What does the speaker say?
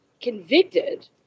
convicted